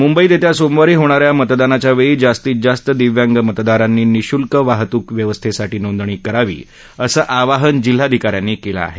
मुंबईत येत्या सोमवारी होणा या मतदानाच्यावेळी जास्तीत जास्त दिव्यांग मतदारांनी निःशुल्क वाहतूक व्यवस्थेसाठी नोंदणी करावी असं आवाहन जिल्हाधिकाऱ्यांनी केलं आहे